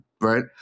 Right